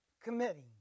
committing